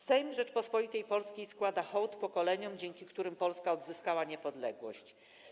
Sejm Rzeczypospolitej Polskiej składa hołd pokoleniom, dzięki którym Polska odzyskała niepodległość.